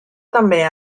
també